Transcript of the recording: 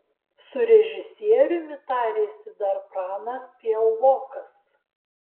su režisieriumi tarėsi dar pranas piaulokas